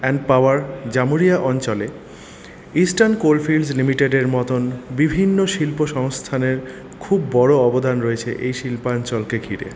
and power Jamuria অঞ্চলে Eastern Coalfields লিমিটেডের মতো বিভিন্ন শিল্প সংস্থানের খুব বড়ো অবদান রয়েছে এই শিল্পায়ন অঞ্চলকে ঘিরে